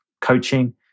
coaching